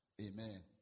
amen